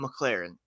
McLaren